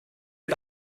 die